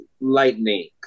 Lightning